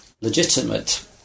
legitimate